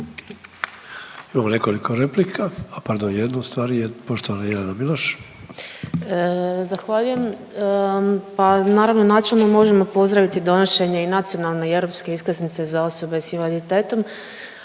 Imamo nekoliko replika, a pardon jednu ustvari, poštovana Jelena Miloš. **Miloš, Jelena (Možemo!)** Zahvaljujem. Pa naravno načelno možemo pozdraviti donošenje i nacionalne i europske iskaznice za osobe s invaliditetom,